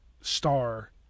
star